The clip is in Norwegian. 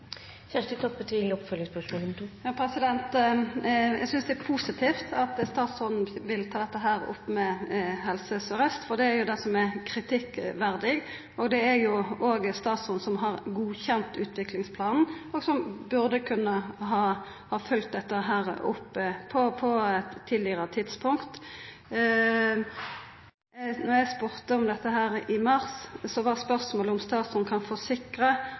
Eg synest det er positivt at statsråden vil ta dette opp med Helse Sør-Øst, for det er jo det som er kritikkverdig. Det er jo også statsråden som har godkjent utviklingsplanen, og som burde kunne ha følgt dette opp på eit tidlegare tidspunkt. Då eg spurde om dette i mars, var spørsmålet: « kan statsråden forsikra